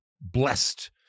blessed